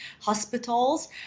hospitals